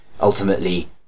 ultimately